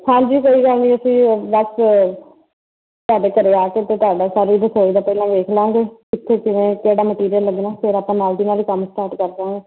ਹਾਂਜੀ ਕੋਈ ਗੱਲ ਨਹੀਂ ਅਸੀਂ ਬਸ ਤੁਹਾਡੇ ਘਰ ਆ ਕੇ ਅਤੇ ਤੁਹਾਡਾ ਸਾਰੀ ਰਸੋਈ ਦਾ ਪਹਿਲਾਂ ਵੇਖ ਲਵਾਂਗੇ ਕਿੱਥੇ ਕਿਵੇਂ ਕਿਹੜਾ ਮਟੀਰੀਅਲ ਲੱਗਣਾ ਫਿਰ ਆਪਾਂ ਨਾਲ ਦੀ ਨਾਲ ਕੰਮ ਸਟਾਰਟ ਕਰ ਦਾਂਗੇ